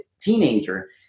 teenager